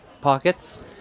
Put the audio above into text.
pockets